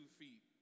feet